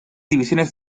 divisiones